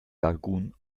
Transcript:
dargun